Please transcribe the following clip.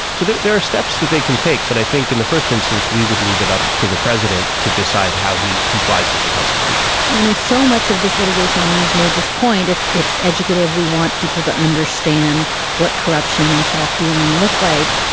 so there are steps that they can take but i think in the first instance we would leave it up to the president to decide how he complies with the constitution you know so much of this litigation i mean you've made this point it's it's educated. we want people to understand what corruption and self dealing look like.